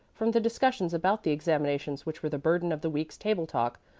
from the discussions about the examinations which were the burden of the week's table-talk,